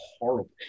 horrible